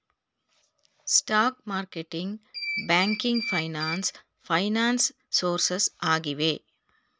stock marketing, banking finance finance sources ಆಗಿವೆ